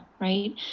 Right